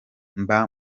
mba